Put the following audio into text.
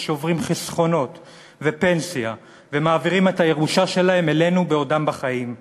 ששוברים חסכונות ופנסיה ומעבירים את הירושה שלהם אלינו בעודם בחיים.